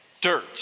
dirt